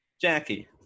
Jackie